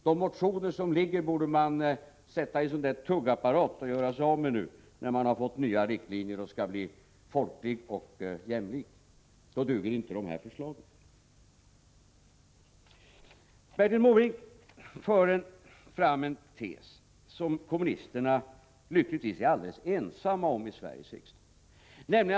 De motioner som nu ligger borde sättas i en tuggapparat och göras om nu när man har fått nya riktlinjer och skall bli folklig och jämlik. Då duger inte dessa förslag. Bertil Måbrink för fram en tes som kommunisterna lyckligtvis är alldeles ensamma om i Sveriges riksdag.